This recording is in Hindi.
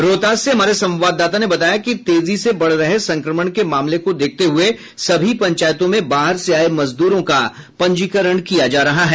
रोहतास से हमारे संवाददाता ने बताया कि तेजी से बढ़ रहे संक्रमण के मामले को देखते हुए सभी पंचायतों में बाहर से आये मजदूरों का पंजीकरण किया जा रहा है